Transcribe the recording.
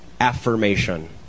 affirmation